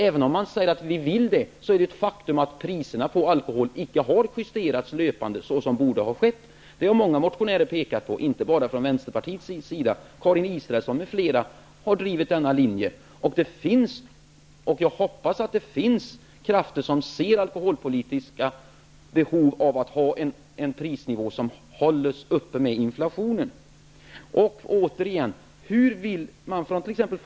Även om man säger att man vill göra något är det ett faktum att priserna på alkohol inte har justerats löpande, så som borde ha skett. Det har många motionärer pekat på -- inte bara från Vänsterpartiet. Karin Israelsson m.fl. har drivit denna linje. Jag hoppas att det finns krafter som ser att det finns alkoholpolitiska behov av en prisnivå som hålls uppe med inflationen. Hur vill t.ex.